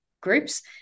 groups